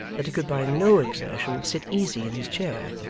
that he could by no exertion sit easy in his chair,